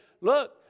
Look